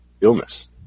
illness